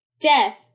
Death